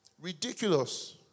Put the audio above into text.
Ridiculous